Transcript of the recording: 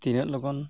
ᱛᱤᱱᱟᱹᱜ ᱞᱚᱜᱚᱱ